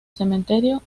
cementerio